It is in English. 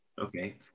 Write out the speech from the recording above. Okay